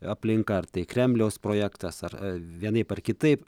aplinka ar tai kremliaus projektas ar vienaip ar kitaip